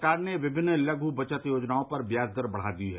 सरकार ने विभिन्न लघु बचत योजनाओं पर ब्याज दर बढ़ा दी है